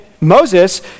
Moses